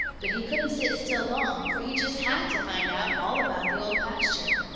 but he couldn't sit still long, for he just had to find out all about the old pasture.